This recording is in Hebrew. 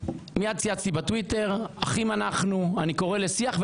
מייד צייצתי בטוויטר: אחים אנחנו, אני קורא לשיח.